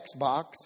Xbox